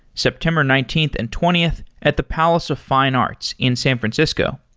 september nineteenth and twentieth at the palace of fine arts in san francisco.